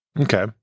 Okay